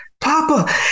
Papa